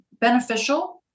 beneficial